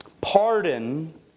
Pardon